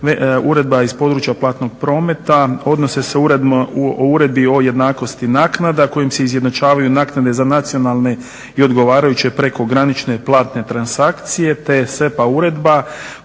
uredba iz područja platnog prometa odnosi se o uredbi o jednakosti naknada kojom se izjednačavaju naknade za nacionalne i odgovarajuće prekogranične platne transakcije te SEPA uredba